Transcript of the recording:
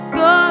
go